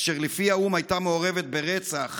אשר לפי האו"ם הייתה מעורבת ברצח,